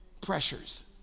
pressures